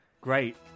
Great